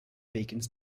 beacons